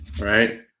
right